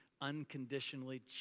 unconditionally